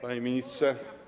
Panie Ministrze!